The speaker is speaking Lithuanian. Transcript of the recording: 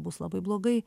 bus labai blogai